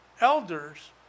elders